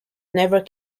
never